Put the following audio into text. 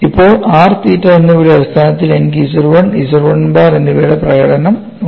ഇപ്പോൾ r തീറ്റ എന്നിവയുടെ അടിസ്ഥാനത്തിൽ എനിക്ക് Z 1 Z 1 ബാർ എന്നിവയുടെ പ്രകടനം ഉണ്ട്